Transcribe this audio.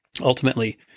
Ultimately